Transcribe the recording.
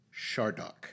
Shardock